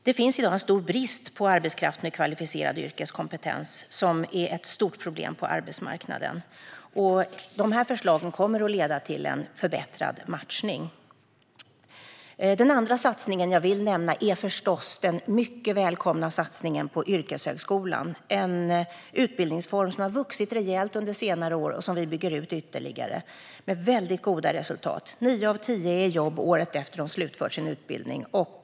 Det råder i dag stor brist på arbetskraft med kvalificerad yrkeskompetens, vilket är ett stort problem på arbetsmarknaden. Dessa förslag kommer att leda till en förbättrad matchning. Den andra satsning som jag vill nämna är förstås den mycket välkomna satsningen på yrkeshögskolan. Det är en utbildningsform som har vuxit rejält under senare år, och vi bygger vi nu ut den ytterligare. Den ger väldigt goda resultat. Nio av tio är i jobb året efter att de har slutfört sin utbildning.